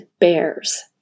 bears